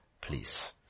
Please